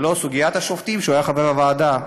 ולא סוגיית השופטים, שהוא היה חבר בוועדה.